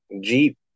Jeep